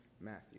Matthew